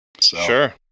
Sure